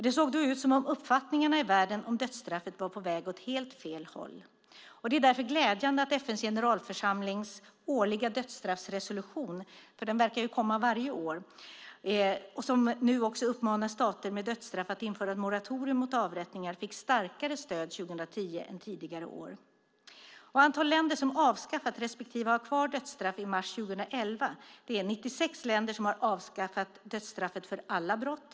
Det såg då ut som om uppfattningarna i världen om dödsstraffet var på väg åt helt fel håll. Det är därför glädjande att FN:s generalförsamlings årliga dödsstraffsresolution - den verkar ju komma varje år - som nu uppmanar stater med dödsstraff att införa ett moratorium mot avrättningar fick starkare stöd 2010 än tidigare år. När det gäller antalet länder som avskaffat respektive hade kvar dödsstraffet i mars 2011 ser det ut så här: Det är 96 länder som har avskaffat dödsstraffet för alla brott.